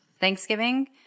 Thanksgiving